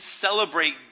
celebrate